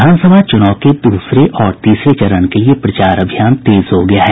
विधानसभा चुनाव के दूसरे और तीसरे चरण के लिये प्रचार अभियान तेज हो गया है